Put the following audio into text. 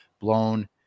blown